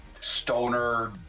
stoner